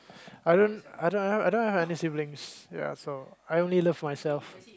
I don't I don't I don't have any siblings ya so I only love myself